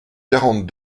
quarante